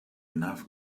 enough